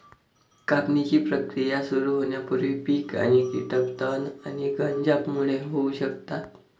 कापणीची प्रक्रिया सुरू होण्यापूर्वी पीक आणि कीटक तण आणि गंजांमुळे होऊ शकतात